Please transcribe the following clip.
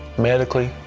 medically,